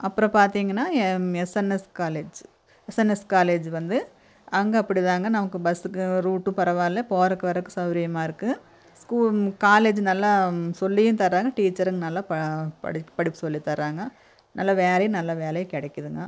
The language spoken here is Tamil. அப்புறம் பார்த்திங்கன்னா S N S college S N S college வந்து அங்கே அப்படி தான்ங்க நமக்கு பஸ்ஸுக்கு ரூட்டு பரவாயில்லை போறதுக்கு வர்றதுக்கு சவுரியமா இருக்கு ஸ்கூல் காலேஜு நல்லா சொல்லியும் தர்றாங்க டீச்சருங்க நல்லா படிப்பு படிப்பு சொல்லி தர்றாங்க நல்ல வேலையும் நல்ல வேலையும் கிடைக்கிதுங்க